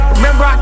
Remember